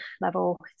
level